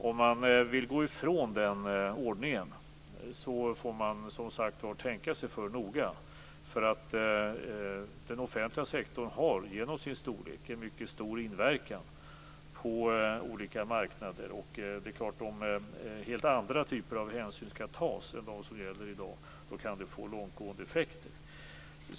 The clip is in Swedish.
Om man vill gå ifrån den ordningen får man, som sagt, tänka sig noga för. Den offentliga sektorn har genom sin storlek en mycket stor inverkan på olika marknader, och om helt andra typer av hänsyn skall tas än vad som gäller i dag kan det få långtgående effekter.